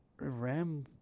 Ram